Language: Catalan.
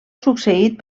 succeït